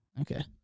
Okay